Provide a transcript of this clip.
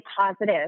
positive